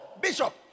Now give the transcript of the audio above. bishop